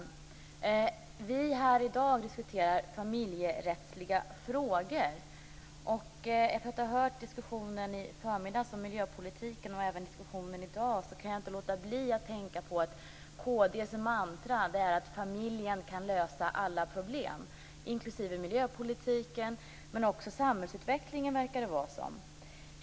Fru talman! Vi diskuterar här i dag familjerättsliga frågor. Efter att ha hört diskussionen i förmiddags om miljöpolitiken, och även den diskussion vi för nu, kan jag inte låta bli att tänka att kd:s mantra är att familjen kan lösa alla problem. Det gäller miljöpolitiken, men också, som det verkar, samhällsutvecklingen.